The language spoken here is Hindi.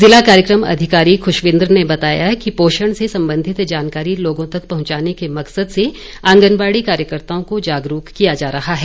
ज़िला कार्यक्रम अधिकारी ख़ुशविंदर ने बताया कि पोषण से सम्बंधित जानकारी लोगों तक पहुंचाने के मकसद से आंगनबाड़ी कार्यकताओं को जागरूक किया जा रहा है